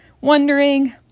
wondering